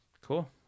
cool